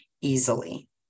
easily